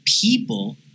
people